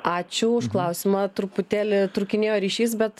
ačiū už klausimą truputėlį trūkinėjo ryšys bet